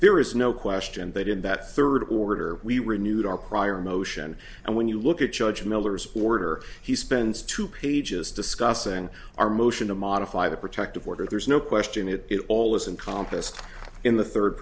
there is no question that in that third order we renewed our prior motion and when you look at judge miller's order he spends two pages discussing our motion to modify the protective order there's no question it all is in contest in the third